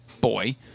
boy